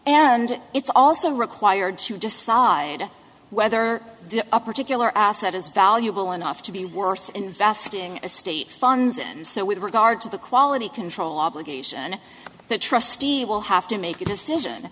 and it's also required to decide whether a particular asset is valuable enough to be worth investing a state funds and so with regard to the quality control obligation the trustee will have to make a decision